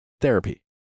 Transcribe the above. therapy